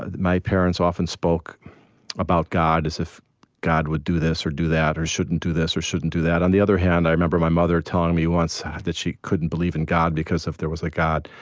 ah my parents often spoke about god as if god would do this or do that, or shouldn't do this or shouldn't do that. on the other hand, i remember my mother telling me once ah that she couldn't believe in god because, if there was a god,